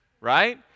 right